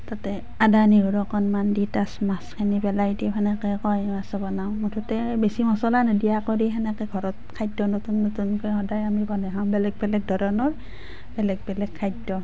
তাতে আদা নেহৰু অকণমান দি তাত মাছখিনি পেলাই দি সেনেকৈ কাৱৈ মাছো বনাওঁ মুঠতে বেছি মছলা নিদিয়া কৰি সেনেকে ঘৰত খাদ্য নতুন নতুনকৈ সদায় আমি বনাই খাওঁ বেলেগ বেলেগ ধৰণৰ বেলেগ বেলেগ খাদ্য